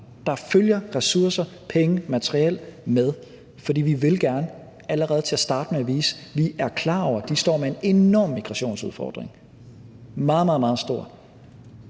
Der følger ressourcer, penge og materiel med, for vi vil gerne allerede til at starte med vise, at vi er klar over, at de står med en enorm migrationsudfordring. Den er meget, meget stor.